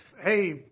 hey